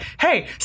hey